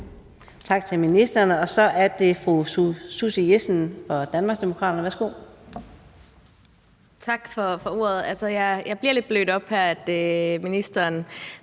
Tak til ministeren. Så er det fru Susie Jessen fra Danmarksdemokraterne. Værsgo. Kl. 18:13 Susie Jessen (DD): Tak for ordet. Jeg bliver lidt blødt op her, når ministeren